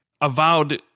Avowed